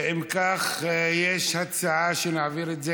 אם כך, יש הצעה שנעביר את זה